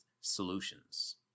solutions